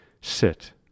sit